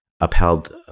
Upheld